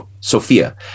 sophia